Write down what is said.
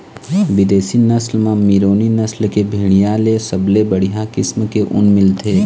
बिदेशी नसल म मेरीनो नसल के भेड़िया ले सबले बड़िहा किसम के ऊन मिलथे